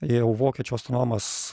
jau vokiečių astronomas